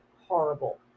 horrible